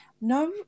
no